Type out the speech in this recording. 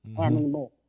anymore